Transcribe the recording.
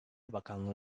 bakanlığı